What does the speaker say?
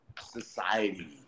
society